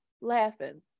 laughing